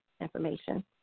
information